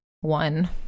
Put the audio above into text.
one